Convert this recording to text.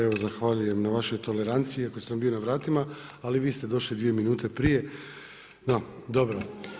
Evo zahvaljujem na vašoj toleranciji, iako sam bio na vratima, ali vi ste došli 2 minute prije, no dobro.